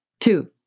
Two